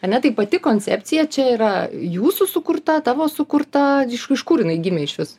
ar ne tai pati koncepcija čia yra jūsų sukurta tavo sukurta iš iš kur jinai gimė išvis